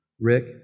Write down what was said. Rick